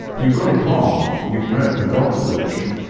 you got it wrong. you wrote the god delusion.